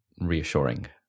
reassuring